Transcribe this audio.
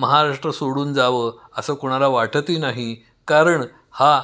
महाराष्ट्र सोडून जावं असं कोणाला वाटतही नाही कारण हा